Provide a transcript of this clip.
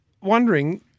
wondering